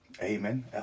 amen